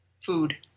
food